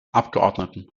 abgeordneten